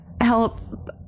help